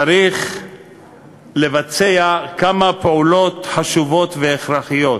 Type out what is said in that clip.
צריך לבצע כמה פעולות חשובות והכרחיות.